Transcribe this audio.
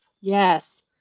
Yes